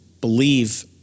believe